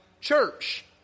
church